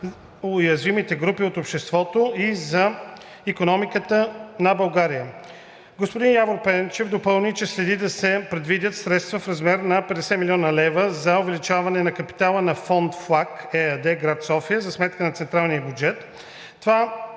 уязвимите групи от обществото и за икономиката на България. Господин Явор Пенчев допълни, че следва да се предвидят средства в размер на 50 млн. лв. за увеличаване на капитала на „Фонд ФЛАГ“ ЕАД – град София, за сметка на централния бюджет. Това